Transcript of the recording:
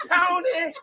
Tony